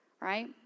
right